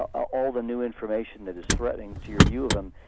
ah ah all the new information that is threatening to your view of them,